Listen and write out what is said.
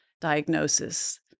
diagnosis